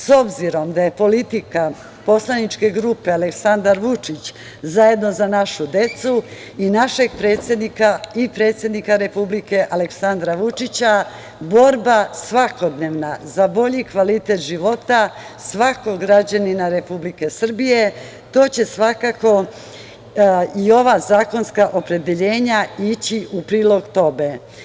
S obzirom da je politika poslaničke grupe Aleksandar Vučić – Za našu decu i predsednika republike Aleksandra Vučića, borba svakodnevna za bolji kvalitet života, svakog građanina Republike Srbije, to će svakako i ova zakonska opredeljenja ići u prilog tome.